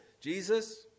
jesus